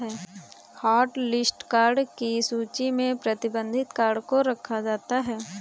hotlist card की सूची में प्रतिबंधित कार्ड को रखा जाता है